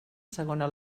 segona